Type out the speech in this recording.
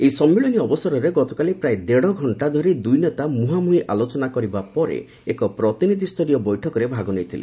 ଏହି ସମ୍ମିଳନୀ ଅବସରରେ ଗତକାଲି ପ୍ରାୟ ଦେଢ଼ଘଣ୍ଟା ଧରି ଦୁଇ ନେତା ମୁହାଁମୁହିଁ ଆଲୋଚନା କରିବା ପରେ ଏକ ପ୍ରତିନିଧି୍ୟରୀୟ ବୈଠକରେ ଭାଗ ନେଇଥିଲେ